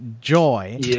joy